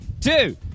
two